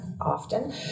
often